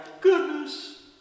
goodness